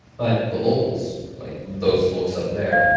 but, the locals, like those folks up there,